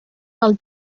del